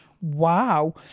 wow